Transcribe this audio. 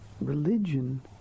Religion